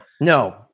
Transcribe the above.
no